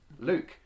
Luke